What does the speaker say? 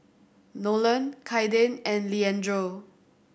Nolan Kaiden and Leandro